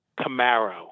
Camaro